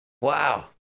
Wow